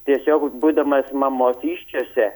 tiesiog būdamas mamos įsčiose